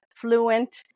fluent